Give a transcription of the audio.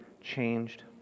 changed